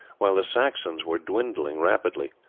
while the saxons were dwindling rapidly.